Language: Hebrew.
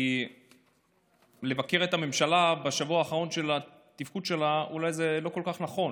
כי לבקר את הממשלה בשבוע האחרון של התפקוד שלה אולי זה לא כל כך נכון,